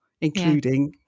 including